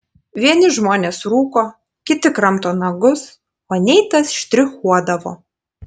vieni žmonės rūko kiti kramto nagus o neitas štrichuodavo